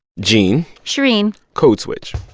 gene shereen code switch